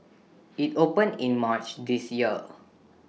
IT opened in March this year